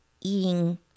eating